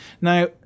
now